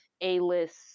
A-list